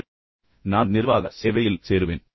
எனவே நான் நிர்வாக சேவையில் சேருவேன்